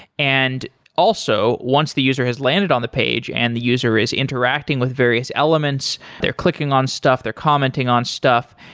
and also once the user has landed on the page and the user is interacting with various elements, they're clicking on stuff, they're commenting on stuff,